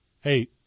Hey